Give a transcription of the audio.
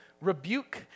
rebuke